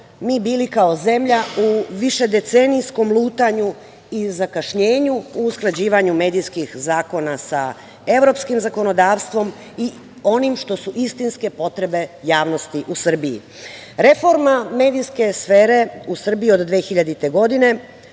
mi bili kao zemlja u višedecenijskom lutanju i zakašnjenju u usklađivanju medijskih zakona sa evropskim zakonodavstvom i onim što su istinske potrebe javnosti u Srbiji. Reforma medijske sfere u Srbiji o 2000. godini